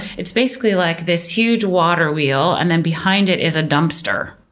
it's basically like this huge water wheel and then behind it is a dumpster.